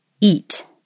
eat